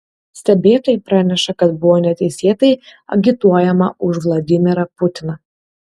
stebėtojai praneša kad buvo neteisėtai agituojama už vladimirą putiną